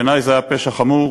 בעיני זה היה פשע חמור.